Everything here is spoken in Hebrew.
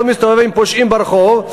לא מסתובב עם פושעים ברחוב,